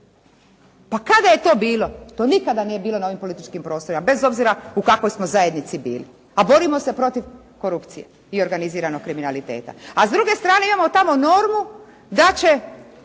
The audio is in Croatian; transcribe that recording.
Pa kada je to bilo? To nikada nije bilo na ovim političkim prostorima bez obzira u kakvoj smo zajednici bili, a borimo se protiv korupcije i organiziranog kriminaliteta, a s druge strane imamo tamo normu da će